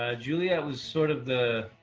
ah juliet was sort of the.